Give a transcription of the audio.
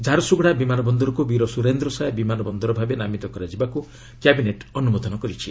ଝାରସୁଗୁଡ଼ା ବିମାନ ବନ୍ଦରକୁ ବୀର ସୁରେନ୍ଦ୍ର ସାଏ ବିମାନ ବନ୍ଦର ଭାବେ ନାମିତ କରାଯିବାକୁ ମଧ୍ୟ କ୍ୟାବିନେଟ୍ ଅନୁମୋଦନ କରିଛି